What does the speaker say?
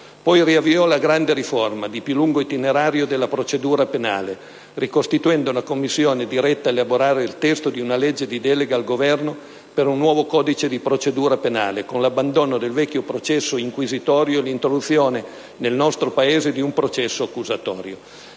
Poi riavviò la grande riforma, di più lungo itinerario, della procedura penale, ricostituendo una commissione diretta a elaborare il testo di una legge di delega al Governo per un nuovo codice di procedura penale, con l'abbandono del vecchio processo inquisitorio e l'introduzione nel nostro Paese di un processo accusatorio.